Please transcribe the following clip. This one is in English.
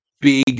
big